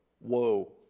whoa